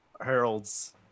Harold's